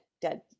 dead